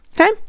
Okay